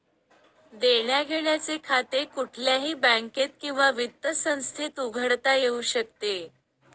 देण्याघेण्याचे खाते कुठल्याही बँकेत किंवा वित्त संस्थेत उघडता येऊ शकते